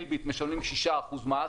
אלביט משלמים 6% מס,